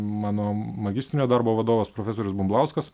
mano magistrinio darbo vadovas profesorius bumblauskas